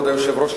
כבוד היושב-ראש,